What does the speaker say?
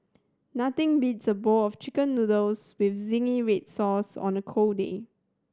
nothing beats a bowl of Chicken Noodles with zingy red sauce on a cold day